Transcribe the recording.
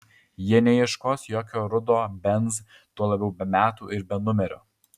jie neieškos jokio rudo benz tuo labiau be metų ir be numerių